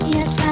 Yes